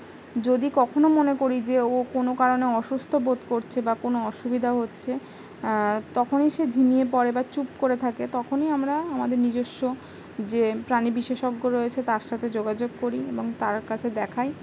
যদি কখনও মনে করি যে ও কোনো কারণে অসুস্থ বোধ করছে বা কোনো অসুবিধা হচ্ছে তখনই সে ঝিমিয়ে পড়ে বা চুপ করে থাকে তখনই আমরা আমাদের নিজস্ব যে প্রাণী বিশেষজ্ঞ রয়েছে তার সাথে যোগাযোগ করি এবং তার কাছে দেখাই